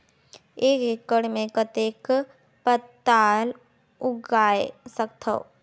एक एकड़ मे कतेक पताल उगाय सकथव?